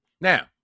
Now